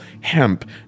hemp